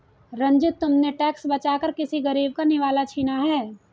रंजित, तुमने टैक्स बचाकर किसी गरीब का निवाला छीना है